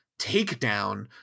takedown